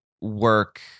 work